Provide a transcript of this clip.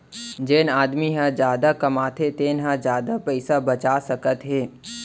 जेन आदमी ह जादा कमाथे तेन ह जादा पइसा बचा सकत हे